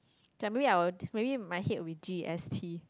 okay maybe I will maybe my hate will be g_s_t